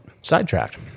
sidetracked